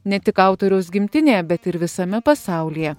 ne tik autoriaus gimtinėje bet ir visame pasaulyje